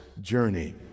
journey